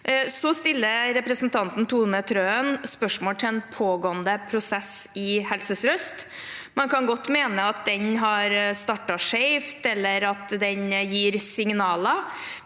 Så stiller representanten Tone Trøen spørsmål om en pågående prosess i Helse sør-øst. Man kan godt mene at den har startet skjevt, eller at den gir signaler,